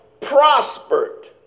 prospered